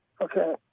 Okay